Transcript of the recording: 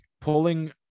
pulling